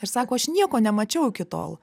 ir sako aš nieko nemačiau iki tol